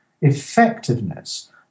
effectiveness